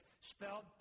spelled